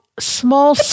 Small